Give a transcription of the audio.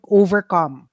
overcome